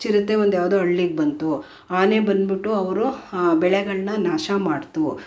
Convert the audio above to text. ಚಿರತೆ ಒಂದು ಯಾವುದೋ ಹಳ್ಳಿಗೆ ಬಂತು ಆನೆ ಬಂದುಬಿಟ್ಟು ಅವರ ಬೆಳೆಗಳನ್ನು ನಾಶ ಮಾಡಿತು